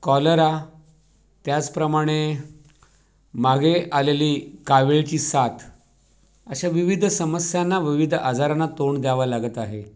cholera त्याचप्रमाणे मागे आलेली कावीळची साथ अशा विविध समस्यांना विविध आजारांना तोंड द्यावं लागत आहे